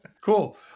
Cool